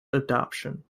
adoption